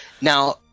now